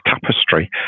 tapestry